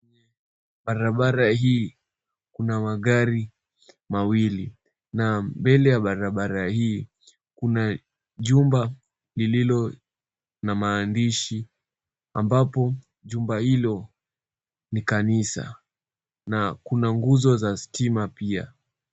Barabara hii kuna magari mawili, na mbele ya Barabara hii kuna jumba lililo na maandishi ambapo jumba Hilo ni kanisa na kuna nguzo za stima pia.